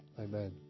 Amen